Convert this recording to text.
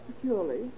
securely